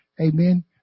Amen